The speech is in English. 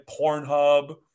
Pornhub